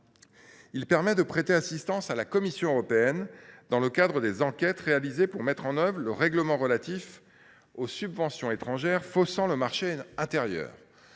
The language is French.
Il permet de prêter assistance à la Commission européenne dans le cadre des enquêtes réalisées pour mettre en œuvre le règlement relatif aux subventions étrangères faussant le marché intérieur.